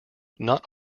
not